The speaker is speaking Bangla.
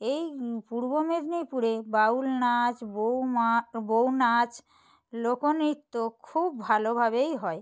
এই পূর্ব মেদিনীপুরে বাউল নাচ বৌমা বৌ নাচ লোকনৃত্য খুব ভালোভাবেই হয়